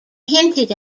hinted